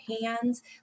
hands